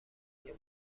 محیط